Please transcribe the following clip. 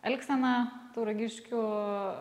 elgseną tauragiškių